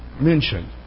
mentioned